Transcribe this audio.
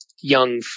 young